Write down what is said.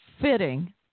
fitting